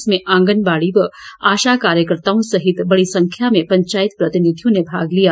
इसमें आंगनबाड़ी व आशा कार्यकर्ताओं सहित बड़ी संख्या में पंचायत प्रतिनिधियों ने भाग लिया